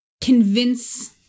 convince